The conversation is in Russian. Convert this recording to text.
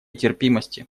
терпимости